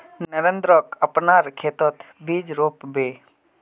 नरेंद्रक अपनार खेतत बीज रोप बे